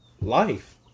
life